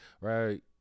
Right